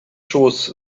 schoß